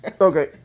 Okay